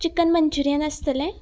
chicken Manchurian आसतलें